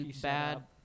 bad